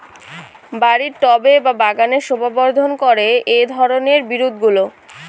বাড়ির টবে বা বাগানের শোভাবর্ধন করে এই ধরণের বিরুৎগুলো